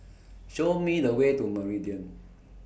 Show Me The Way to Meridian